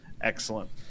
Excellent